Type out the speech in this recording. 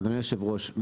אדוני היושב ראש,